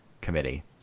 Committee